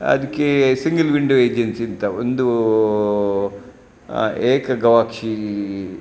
ಅದಕ್ಕೆ single window agency ಅಂತ ಒಂದು ಏಕ ಗವಾಕ್ಷಿ